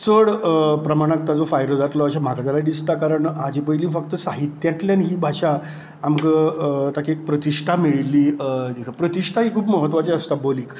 चड प्रमाणांत ताचो फायदो जातलो अशें म्हाका जाल्यार दिसता कित्याक हाच्या पयलीं फक्त साहित्यांतल्यान ही भाशा आमकां ताका ही प्रतिश्ठा मेळिल्ली प्रतिश्ठा ही खूब महत्वाची आसता बोलीक